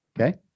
Okay